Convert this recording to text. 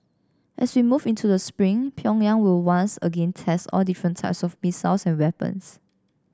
as we move into the spring Pyongyang will once again test all different types of missiles and weapons